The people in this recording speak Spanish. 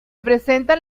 presentan